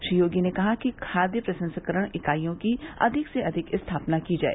श्री योगी ने कहा कि खाद्य प्रसंस्करण इकाईयों की अधिक से अधिक स्थापना की जाय